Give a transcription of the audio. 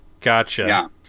Gotcha